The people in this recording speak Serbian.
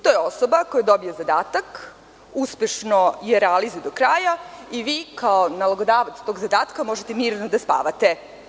To je osoba koja dobije zadatak, uspešno ga realizuje do kraja i vi kao nalogodavac tog zadatka možete mirno da spavate.